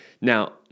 Now